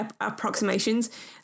approximations